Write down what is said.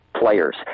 players